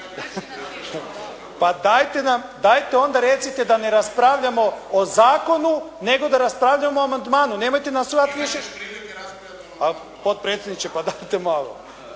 Pa dajte onda recite da ne raspravljamo o zakonu, nego da raspravljamo o amandmanu. Nemojte na svoja prijašnja, ali potpredsjedniče, dajte malo.